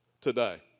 today